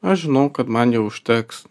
aš žinau kad man jo užteks